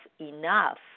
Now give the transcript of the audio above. enough